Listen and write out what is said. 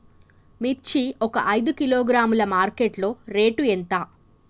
మిర్చి ఒక ఐదు కిలోగ్రాముల మార్కెట్ లో రేటు ఎంత?